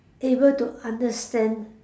able to understand